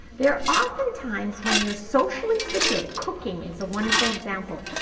they're oftentimes when you're socially situated. cooking is a wonderful example.